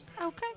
Okay